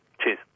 Cheers